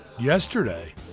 yesterday